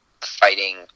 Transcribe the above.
fighting